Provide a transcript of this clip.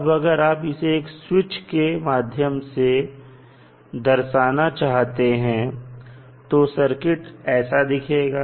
अब अगर आप इसे एक स्विच के माध्यम से दर्शाना चाहते हैं तो सर्किट ऐसा दिखेगा